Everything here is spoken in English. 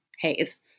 haze